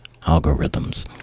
algorithms